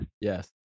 Yes